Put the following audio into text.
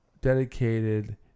dedicated